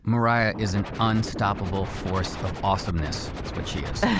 mariah is an unstoppable force of awesomeness is what she is.